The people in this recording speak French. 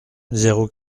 zéro